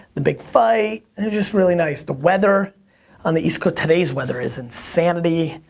the big fight, it was just really nice. the weather on the east coast, today's weather is insanity!